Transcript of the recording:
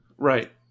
Right